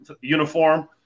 uniform